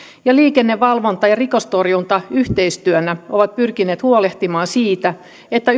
ja liikennevalvonta ja rikostorjunta yhteistyönä ovat pyrkineet huolehtimaan siitä että